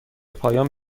پایان